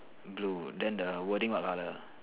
blue then the wording what colour